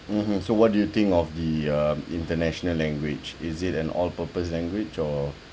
mm mm so what do you think of the um international language is it an all purpose language or